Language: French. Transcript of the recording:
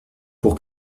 pour